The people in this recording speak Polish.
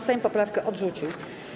Sejm poprawkę odrzucił.